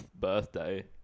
birthday